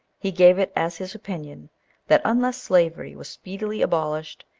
he gave it as his opinion that, unless slavery was speedily abolished,